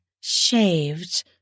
shaved